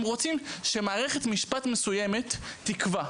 הם רוצים שמערכת משפט מסוימת תקבע.